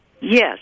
Yes